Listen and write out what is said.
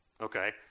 okay